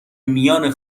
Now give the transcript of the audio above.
میان